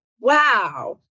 Wow